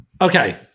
okay